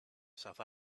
south